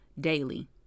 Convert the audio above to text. daily